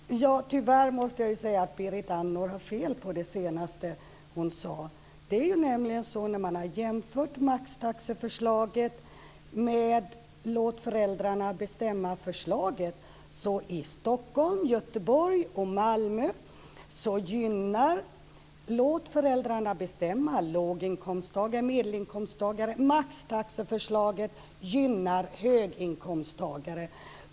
Herr talman! Tyvärr måste jag säga att Berit Andnor har fel i det senaste som hon sade. När man har jämfört maxtaxealternativet med låt-föräldrarnabestämma-alternativet har man i Stockholm, Göteborg och Malmö funnit att det senare alternativet gynnar låginkomst och medelinkomsttagare, medan maxtaxan gynnar höginkomsttagare.